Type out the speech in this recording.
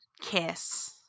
kiss